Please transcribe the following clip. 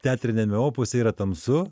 teatriniame opuse yra tamsu